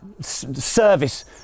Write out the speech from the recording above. service